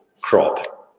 crop